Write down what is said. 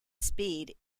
speed